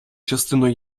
частину